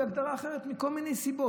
היא הגדרה אחרת מכל מיני סיבות,